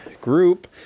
group